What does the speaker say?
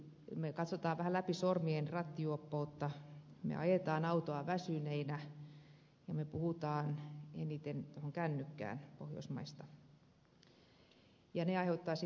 me katsomme vähän läpi sormien rattijuoppoutta me ajamme autoa väsyneinä ja me puhumme kännykkään eniten pohjoismaista ja ne aiheuttavat sitten näitä liikenneonnettomuuksia